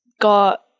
got